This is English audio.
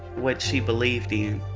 what she believed in.